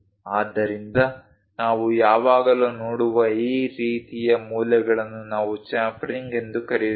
ಆದ್ದರಿಂದ ನಾವು ಯಾವಾಗಲೂ ನೋಡುವ ಆ ರೀತಿಯ ಮೂಲೆಗಳನ್ನು ನಾವು ಚಾಂಫರಿಂಗ್ ಎಂದು ಕರೆಯುತ್ತೇವೆ